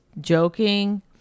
joking